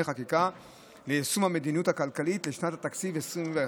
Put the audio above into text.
חקיקה ליישום המדיניות הכלכלית לשנת התקציב 2021,